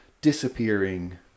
disappearing